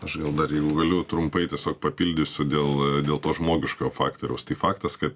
aš gal dar galiu trumpai tiesiog papildysiu dėl dėl to žmogiškojo faktoriaus tai faktas kad